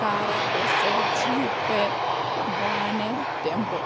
car bus jeep van tempo